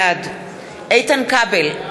בעד איתן כבל,